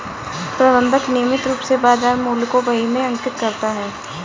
प्रबंधक नियमित रूप से बाज़ार मूल्य को बही में अंकित करता है